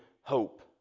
hope